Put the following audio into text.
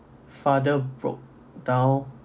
father broke down